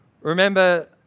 remember